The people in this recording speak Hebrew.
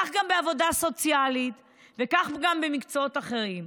כך גם בעבודה סוציאלית וכך גם במקצועות אחרים.